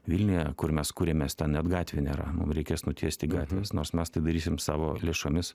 vilniuje kur mes kuriamės ten net gatvių nėra mum reikės nutiesti gatves nors mes tai darysim savo lėšomis